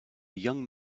young